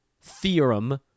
theorem